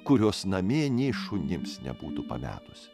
kurios namie nė šunims nebūtų pametusi